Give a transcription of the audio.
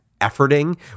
efforting